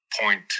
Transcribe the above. Point